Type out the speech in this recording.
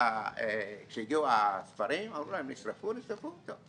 כשהגיעו הספרים ואמרו להם שנשרפו, נשרפו, טוב,